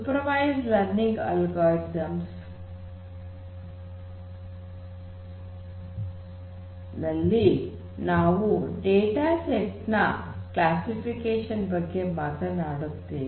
super ವೈಸ್ಡ್ learning algorithms ನಲ್ಲಿ ನಾವು data set ನ ಕ್ಲಾಸಿಫಿಕೇಷನ್ ಬಗ್ಗೆ ಮಾತನಾಡುತ್ತೇವೆ